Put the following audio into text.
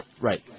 Right